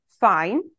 fine